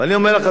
אני אומר לך,